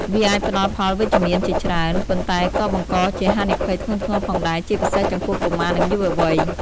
វាអាចផ្តល់ផលវិជ្ជមានជាច្រើន ប៉ុន្តែក៏បង្កជាហានិភ័យធ្ងន់ធ្ងរផងដែរ ជាពិសេសចំពោះកុមារ និងយុវវ័យ។